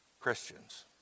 Christians